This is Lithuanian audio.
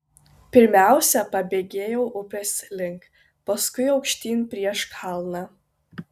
pirmiausia pabėgėjau upės link paskui aukštyn prieš kalną